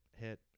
hit